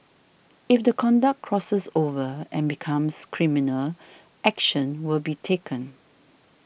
if the conduct crosses over and becomes criminal action will be taken